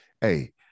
Hey